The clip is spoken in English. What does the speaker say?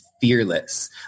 fearless